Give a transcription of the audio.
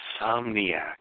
insomniac